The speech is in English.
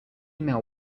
male